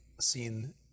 seen